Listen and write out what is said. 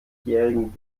jährigen